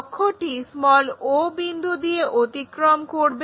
অক্ষটি o বিন্দু দিয়ে অতিক্রম করবে